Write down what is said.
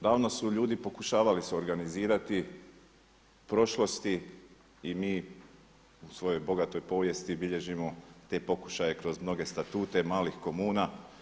Davno su ljudi pokušavali se organizirati u prošlosti i mi u svojoj bogatoj povijesti bilježimo te pokušaje kroz mnoge statute malih komuna.